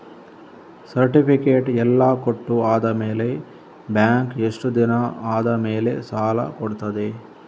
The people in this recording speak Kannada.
ಸರ್ಟಿಫಿಕೇಟ್ ಎಲ್ಲಾ ಕೊಟ್ಟು ಆದಮೇಲೆ ಬ್ಯಾಂಕ್ ಎಷ್ಟು ದಿನ ಆದಮೇಲೆ ಸಾಲ ಕೊಡ್ತದೆ?